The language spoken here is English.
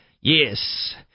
yes